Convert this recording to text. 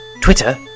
twitter